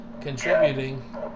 contributing